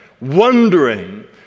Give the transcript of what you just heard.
wondering